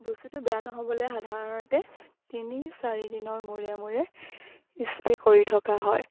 বস্তুটো বেয়া নহ'বলে সাধাৰণতে তিনি চাৰিদিনৰ মূৰে মূৰে স্প্ৰে কৰি থকা হয়